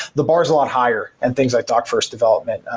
the bar is a lot higher and things i talk first, development,